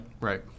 right